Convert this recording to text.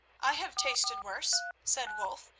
i have tasted worse, said wulf,